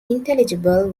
intelligible